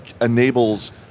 enables